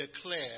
declare